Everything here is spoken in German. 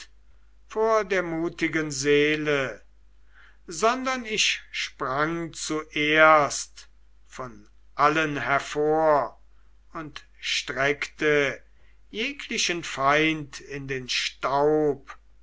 vor der mutigen seele sondern ich sprang zuerst von allen hervor und streckte jeglichen feind in den staub